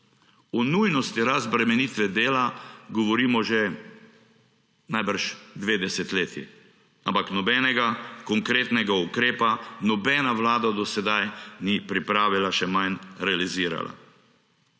O nujnosti razbremenitve dela govorimo že najbrž dve desetletji, ampak nobenega konkretnega ukrepa nobena vlada do sedaj ni pripravila, še manj realizirala.